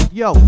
yo